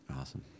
awesome